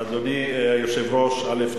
אדוני היושב-ראש, א.